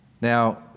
now